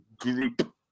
group